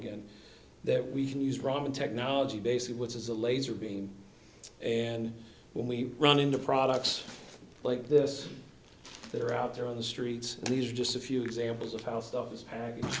again that we can use roman technology basically which is a laser beam and when we run into products like this that are out there on the streets these are just a few examples of how stuff is package